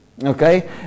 Okay